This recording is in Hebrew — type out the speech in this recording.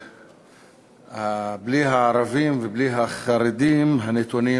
שבלי הערבים ובלי החרדים הנתונים